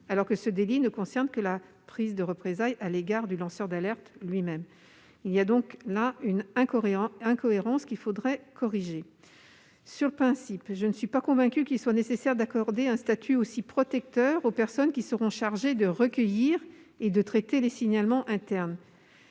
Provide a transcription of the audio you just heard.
alors que ce délit concerne uniquement les représailles à l'encontre du lanceur d'alerte lui-même. Il y a donc là une incohérence, qu'il faudrait corriger. Sur le principe, je ne suis pas convaincue qu'il soit nécessaire d'accorder un statut aussi protecteur aux personnes qui seront chargées de recueillir et de traiter les signalements internes.